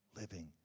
living